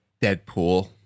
Deadpool